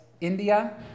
India